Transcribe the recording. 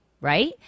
Right